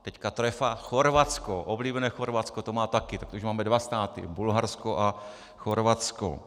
Teď trefa: Chorvatsko, oblíbené Chorvatsko, to má taky, tak to už máme dva státy: Bulharsko a Chorvatsko.